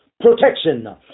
protection